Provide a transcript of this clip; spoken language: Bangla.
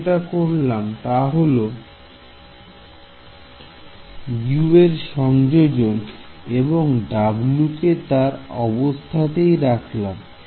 আমি যেটা করলাম তাহলে U এর সংযোজন এবং W কে তার অবস্থাতেই রাখলাম